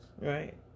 Right